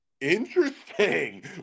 Interesting